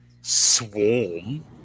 swarm